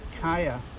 Kaya